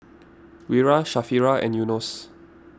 Wira Sharifah and Yunos